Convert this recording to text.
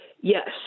Yes